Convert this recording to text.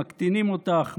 מקטינים אותך,